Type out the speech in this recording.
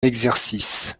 exercice